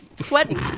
sweating